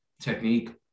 technique